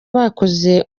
bakoze